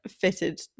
fitted